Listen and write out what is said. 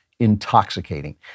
intoxicating